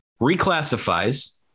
reclassifies